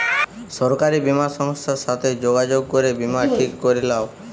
সরকারি বীমা সংস্থার সাথে যোগাযোগ করে বীমা ঠিক করে লাও